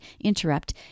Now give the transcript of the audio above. interrupt